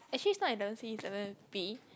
actually it's not eleven C it's eleven B